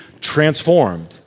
transformed